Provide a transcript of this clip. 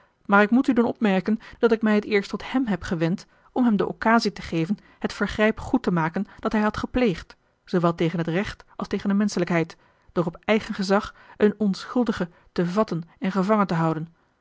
maar ik moet u doen opmerken dat ik mij het eerst tot hem heb gewend om hem de occasie te geven het vergrijp goed te maken dat hij had gepleegd zoowel tegen het recht als tegen de menschelijkheid door op eigen gezag een onschuldige te vatten en gevangen te houden